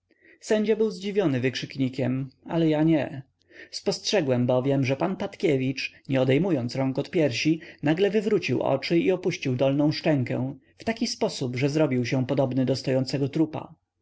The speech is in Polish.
sędzia był zdziwiony wykrzyknikiem ale ja nie spostrzegłem bowiem że pan patkiewicz nie odejmując rąk od piersi nagle wywrócił oczy i opuścił dolną szczękę w taki sposób że zrobił się podobny do stojącego trupa